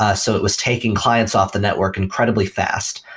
ah so it was taking clients off the network incredibly fast.